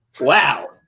Wow